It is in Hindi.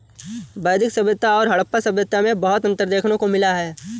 वैदिक सभ्यता और हड़प्पा सभ्यता में बहुत अन्तर देखने को मिला है